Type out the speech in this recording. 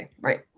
right